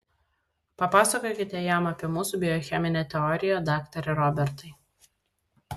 papasakokite jam apie mūsų biocheminę teoriją daktare robertai